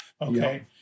Okay